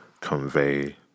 convey